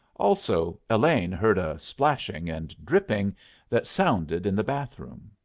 also elaine heard a splashing and dripping that sounded in the bath-room.